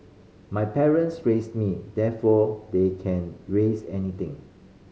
my parents raised me therefore they can raise anything